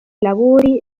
lavori